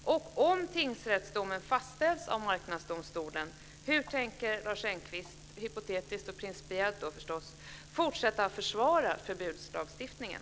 Om vidare tingsrättsdomen fastställs av Marknadsdomstolen, hur tänker Lars Engqvist - förstås hypotetiskt och principiellt - fortsätta att försvara förbudslagstiftningen?